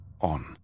on